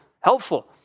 helpful